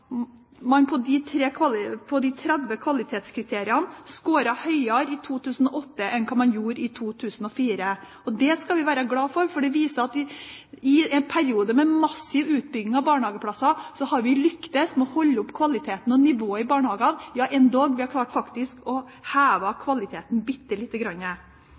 man på de 30 kvalitetskriteriene scoret høyere i 2008 enn man gjorde i 2004. Det skal vi være glad for, for det viser at i en periode med en massiv utbygging av barnehageplasser har vi lyktes med å holde oppe kvaliteten og nivået i barnehagene, ja, endog har vi klart å heve kvaliteten bitte lite grann.